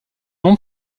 nom